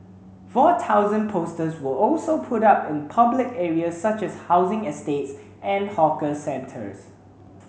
four thousand posters were also put up in public areas such as housing estates and hawker centres